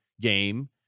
game